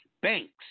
Banks